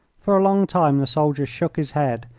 for a long time the soldier shook his head,